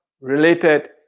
related